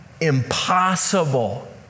impossible